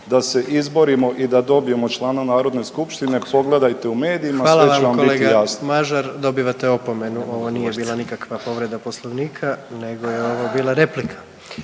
da se izborimo i da dobijemo člana Narodne skupštine. Pogledajte u medijima sve će vam biti jasno. **Jandroković, Gordan (HDZ)** Hvala vam kolega Mažar. Dobivate opomenu. Ovo nije bila nikakva povreda Poslovnika, nego je ovo bila replika.